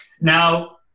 now